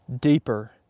deeper